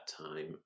time